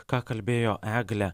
ką kalbėjo eglė